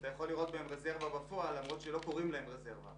אז אתה יכול לראות בהם רזרבות בפועל למרות שלא מכנים אותם כך.